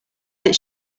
that